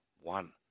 one